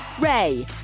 Ray